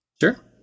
Sure